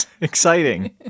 Exciting